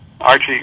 Archie